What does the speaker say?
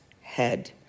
head